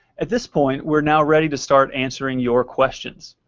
at this point, we're now ready to start answering your questions.